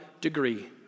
degree